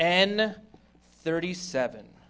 and thirty seven